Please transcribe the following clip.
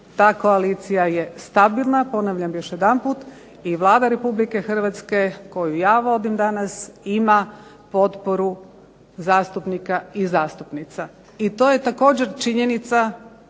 Ta koalicija je stabilna, ponavljam još jedanput i Vlada Republike Hrvatske koju ja vodim danas ima potporu zastupnika i zastupnica i to je također činjenica